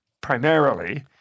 primarily